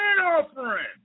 offering